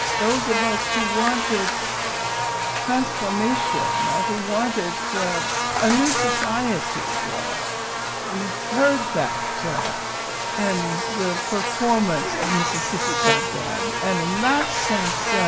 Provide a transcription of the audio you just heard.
those of us who wanted transformation and who wanted a new society, yeah we heard that in the performance of mississippi goddam and in that sense, so